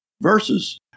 verses